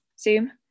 Zoom